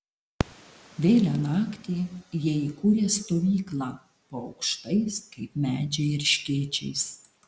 vėlią naktį jie įkūrė stovyklą po aukštais kaip medžiai erškėčiais